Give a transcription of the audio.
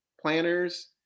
planners